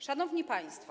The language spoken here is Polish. Szanowni Państwo!